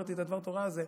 כשאמרתי את דבר התורה זה,